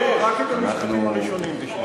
רק את המשפטים הראשונים תשמעי.